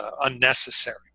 unnecessary